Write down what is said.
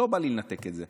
לא בא לי לנתק את זה.